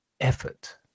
effort